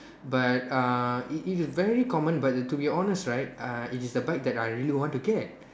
but uh it it's very common but to be honest right uh it is the bike that I really want to get